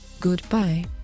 Goodbye